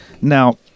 Now